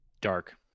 Dark